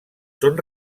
són